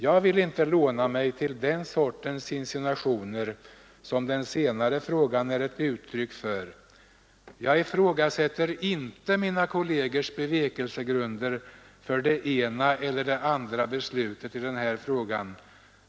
Jag vill inte låna mig till den sortens insinuationer som den senare frågan är ett uttryck för. Jag ifrågasätter inte mina kollegers bevekelsegrunder för det ena eller andra beslutet i den här frågan.